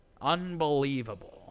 unbelievable